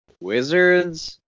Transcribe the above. Wizards